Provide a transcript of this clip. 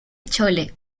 chole